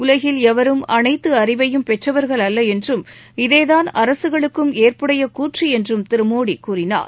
உலகில் எவரும் அனைத்து அறிவையும் பெற்றவர்கள் அல்ல என்றும் இதேதான் அரசுகளுக்கும் ஏற்புடைய கூற்று என்றும் திரு மோடி கூறினார்